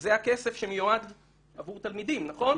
זה הכסף שמיועד עבור תלמידים, נכון?